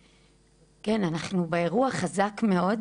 כן, אנחנו באירוע חזק מאוד,